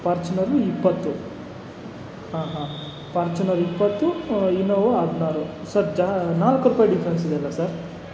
Fortuner ಇಪ್ಪತ್ತು ಹಾಂ ಹಾಂ ಫಾರ್ಚ್ಯುನರ್ ಇಪ್ಪತ್ತು ಇನೋವ ಹದಿನಾರು ಸರ್ ಜಾ ನಾಲ್ಕು ರೂಪಾಯಿ ಡಿಫ್ರೆನ್ಸ್ ಇದೆಯಲ್ವಾ ಸರ್